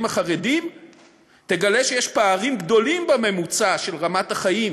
החרדיים תגלה שיש פערים גדולים בממוצע של רמת החיים